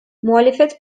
muhalefet